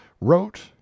wrote